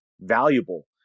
valuable